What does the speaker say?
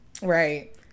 Right